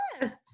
Yes